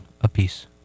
apiece